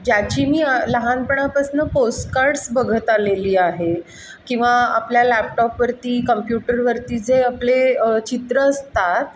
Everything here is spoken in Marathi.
ज्याची मी लहानपणापासून पोस्टकार्ड्स बघत आलेली आहे किंवा आपल्या लॅपटॉपवरती कम्प्युटरवरती जे आपले चित्रं असतात